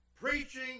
preaching